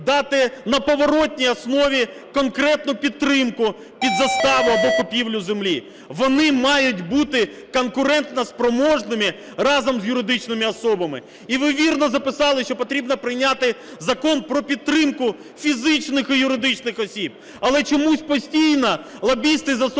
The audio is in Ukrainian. дати на поворотній основі конкретну підтримку під заставу або купівлю землі. Вони мають бути конкурентоспроможними разом з юридичними особами. І ви вірно записали, що потрібно прийняти Закон про підтримку фізичних і юридичних осіб. Але чомусь постійно лобісти засовують